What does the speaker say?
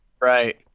Right